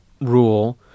rule